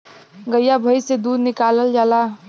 गइया भईस से दूध निकालल जाला